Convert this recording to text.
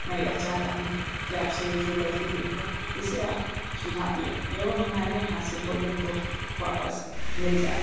मैं यह चाहता हूँ की आपसे जो यह गलती हुई है इसे आप सुधार लें एवं हमारे यहाँ से भोजन को वापस ले जाएँ